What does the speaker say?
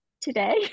today